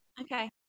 okay